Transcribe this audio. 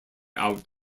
out